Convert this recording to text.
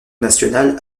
nationale